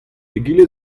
egile